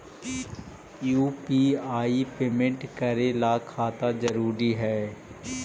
UPI payment करे ला खाता जरूरी है?